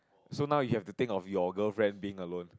so now you have to think of your girlfriend being alone